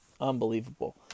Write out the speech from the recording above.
Unbelievable